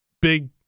big